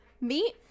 meet